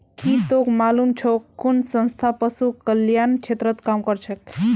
की तोक मालूम छोक कुन संस्था पशु कल्याण क्षेत्रत काम करछेक